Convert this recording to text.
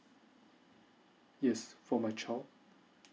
yes for my child